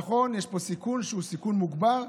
נכון, יש פה סיכון שהוא סיכון מוגבר.